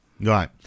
Right